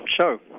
show